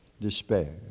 despair